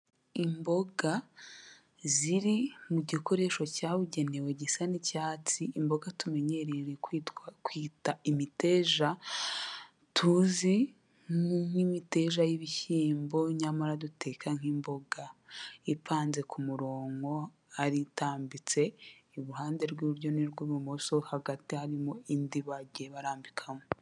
Imboga ziri mu gikoresho cyabugenewe gisa n'icyatsi, imboga tumenyereye kwitwa kwita imiteja tuzi nk'imiteja y'ibishyimbo, nyamara duteka nk'imboga. Ipanze ku murongo ari itambitse, iruhande rw'iburyo n'urw'ibumoso, hagati harimo indi bagiye barambikamo.